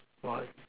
why